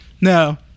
no